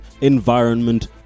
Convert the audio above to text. environment